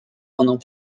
pendant